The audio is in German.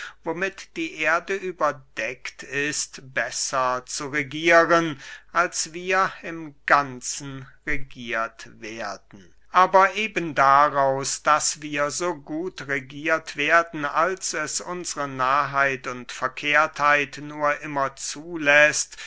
womit die erde überdeckt ist besser zu regieren als wir im ganzen regiert werden aber eben daraus daß wir so gut regiert werden als es unsre narrheit und verkehrtheit nur immer zuläßt